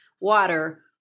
water